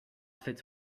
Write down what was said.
fits